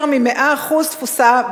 יותר מ-100% תפוסה,